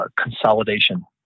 consolidation